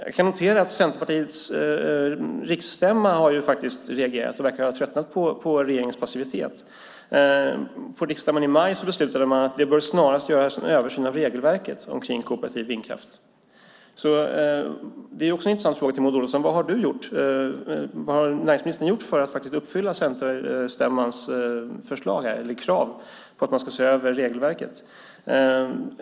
Jag kan notera att Centerpartiets riksstämma reagerat. De verkar ha tröttnat på regeringens passivitet. På riksstämman i maj beslutade man nämligen att det snarast bör göras en översyn av regelverket beträffande kooperativ vindkraft. En annan intressant fråga till Maud Olofsson är därför: Vad har näringsministern gjort för att uppfylla centerstämmans förslag, eller krav, på att man ska se över regelverket?